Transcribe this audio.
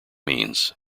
means